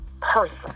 person